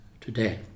today